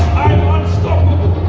i'm unstoppable